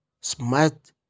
Smart